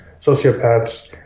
sociopaths